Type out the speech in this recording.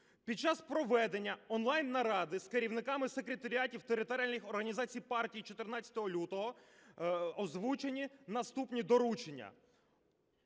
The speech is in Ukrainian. Під час проведення онлайн-наради з керівниками секретаріатів територіальних організацій партії 14 лютого озвучені наступні доручення: